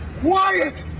quiet